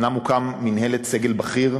אומנם הוקמה מינהלת סגל בכיר,